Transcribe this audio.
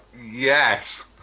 yes